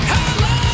Hello